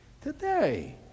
Today